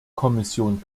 kommission